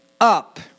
up